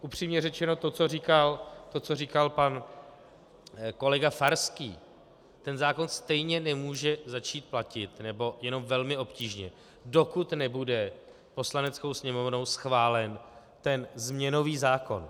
Upřímně řečeno, to, co říkal pan kolega Farský, ten zákon stejně nemůže začít platit, nebo jenom velmi obtížně, dokud nebude Poslaneckou sněmovnou schválen změnový zákon.